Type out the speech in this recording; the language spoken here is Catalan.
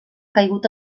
caigut